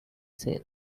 scene